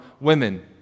women